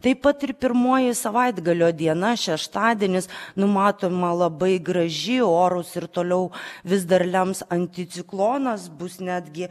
taip pat ir pirmoji savaitgalio diena šeštadienis numatoma labai graži orus ir toliau vis dar lems anticiklonas bus netgi